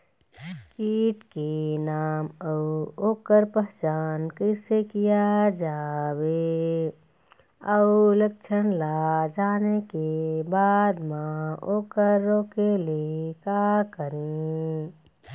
कीट के नाम अउ ओकर पहचान कैसे किया जावे अउ लक्षण ला जाने के बाद मा ओकर रोके ले का करें?